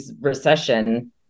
recession